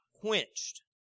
quenched